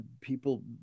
people